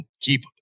keep